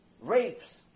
rapes